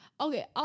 Okay